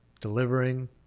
delivering